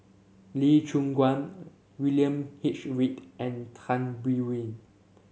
Lee Choon Guan William H Read and Tan Biyun